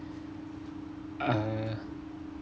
uh